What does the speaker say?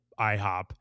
IHOP